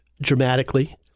dramatically